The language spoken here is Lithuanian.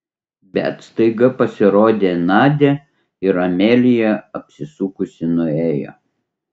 bet staiga pasirodė nadia ir amelija apsisukusi nuėjo